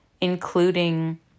including